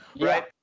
right